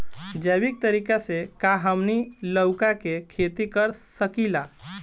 जैविक तरीका से का हमनी लउका के खेती कर सकीला?